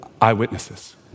Eyewitnesses